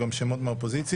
ח.